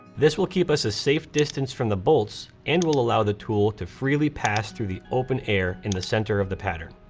this will keep us a safe distance from the bolts and will allow the tool to freely pass through the open air in the center of the pattern.